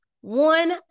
One